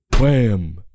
wham